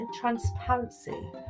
transparency